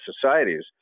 societies